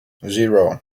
zero